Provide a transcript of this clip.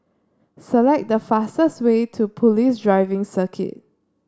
select the fastest way to Police Driving Circuit